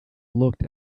looked